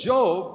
Job